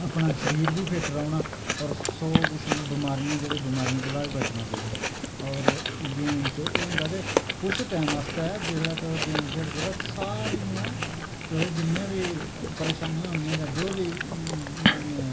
अपना शरीर बी फिट रौह्ना होर सौ किस्म दी बमारियें जेह्ड़ी बमारियें कोला बी बचना तुसें होर गेम च एह् होंदा ऐ कि कुछ टैम आस्तै जिसलै तुस गेम खेल्लगे ते सारियां जि'न्ने बी परेशानियां होनियां जां जो बी